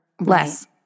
Less